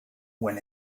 when